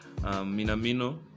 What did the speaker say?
Minamino